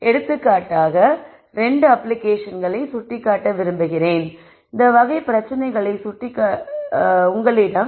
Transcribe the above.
எடுத்துக்காட்டாக 2 அப்ளிகேஷன்களை சுட்டிக்காட்ட விரும்புகிறேன்